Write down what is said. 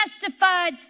justified